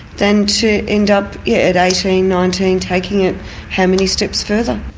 than to end up yeah at eighteen, nineteen, taking it how many steps further?